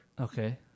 okay